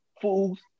fools